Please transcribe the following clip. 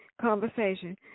conversation